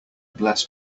bless